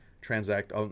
transact